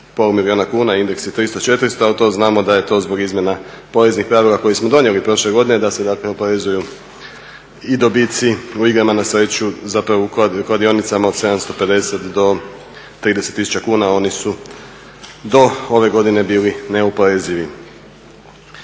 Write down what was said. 66,5 milijuna kuna indeks je 300, 400 ali to znamo da je to zbog izmjena poreznih pravila koje smo donijeli prošle godine da se dakle oporezuju i dobici u igrama na sreću zapravo u kladionicama od 750 do 30 tisuća kuna oni su do ove godine bili neoporezivi.